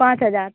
पाँच हजार